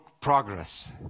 progress